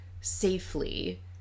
safely